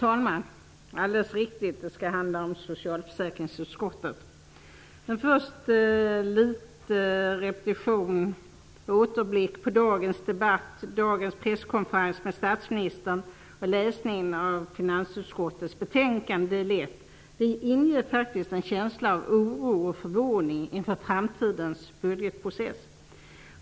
Fru talman! Mitt inlägg gäller socialföräkringsutskottet, men först en liten repetition och en återblick på dagens debatt och dagens presskonferens med statsministern. Vidare gäller det läsningen av finansutskottets betänkande. Det här inger faktiskt en känsla av oro och förvåning inför framtidens budgetprocess.